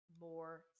more